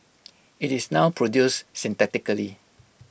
IT is now produced synthetically